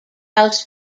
house